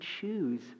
choose